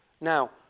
Now